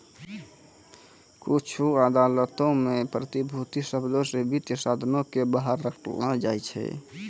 कुछु अदालतो मे प्रतिभूति शब्दो से वित्तीय साधनो के बाहर रखलो जाय छै